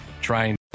trying